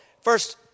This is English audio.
first